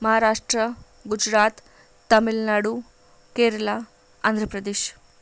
Maharashtra Gujarat Tamil Nadu Kerala Andhra Pradesh